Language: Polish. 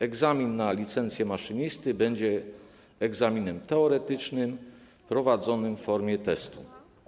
Egzamin na licencję maszynisty będzie egzaminem teoretycznym prowadzonym w formie testu.